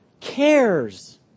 cares